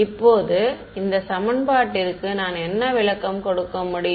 இப்போது இந்த சமன்பாட்டிற்கு நான் என்ன விளக்கம் கொடுக்க முடியும்